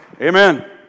amen